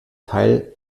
teil